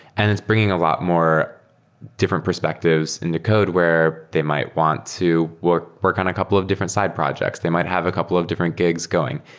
and it's bringing a lot more different perspectives in the code where they might want to work work on a couple of different side projects. they might have a couple of different gigs going.